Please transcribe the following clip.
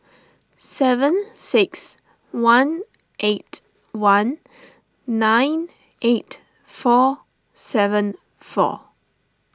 seven six one eight one nine eight four seven four